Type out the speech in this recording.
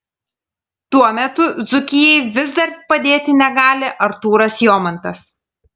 tuo metu dzūkijai vis dar padėti negali artūras jomantas